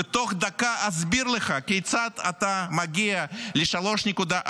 ותוך דקה אסביר לך כיצד אתה מגיע ל-3.4